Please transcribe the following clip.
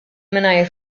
mingħajr